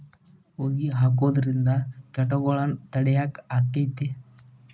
ಹೊಗಿ ಹಾಕುದ್ರಿಂದ ಕೇಟಗೊಳ್ನ ತಡಿಯಾಕ ಆಕ್ಕೆತಿ?